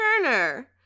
Turner